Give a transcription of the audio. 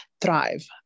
thrive